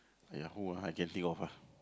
ya who ah I can think of ah